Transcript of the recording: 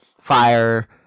fire